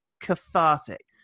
cathartic